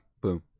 boom